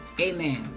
Amen